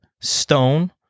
stone